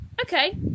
okay